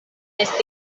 estis